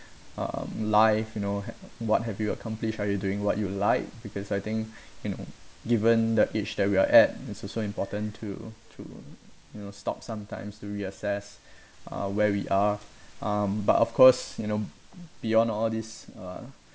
um life you know ha~ what have you accomplish are you doing what you like because I think you know given the age that we're at it's also important to to you know stop sometimes to reassess uh where we are um but of course you know beyond all this uh